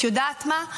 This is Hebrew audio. את יודעת מה?